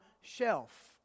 shelf